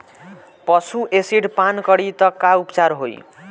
पशु एसिड पान करी त का उपचार होई?